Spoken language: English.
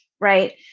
right